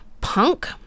punk